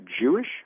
Jewish